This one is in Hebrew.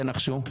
תנחשו...